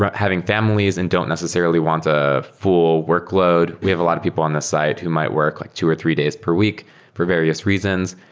having families and don't necessarily want a full workload. we have a lot of people on the site who might work like two or three days per week for various reasons.